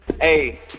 Hey